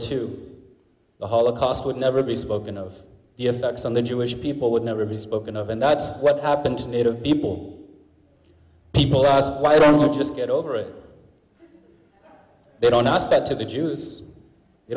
two the holocaust would never be spoken of the effects on the jewish people would never be spoken of and that's what happened to native people people ask why don't we just get over it they don't aspect to the jews